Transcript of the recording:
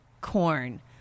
corn